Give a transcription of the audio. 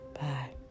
Bye